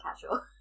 casual